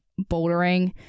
bouldering